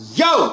yo